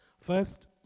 First